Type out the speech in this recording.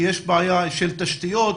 כי יש בעיה של תשתיות.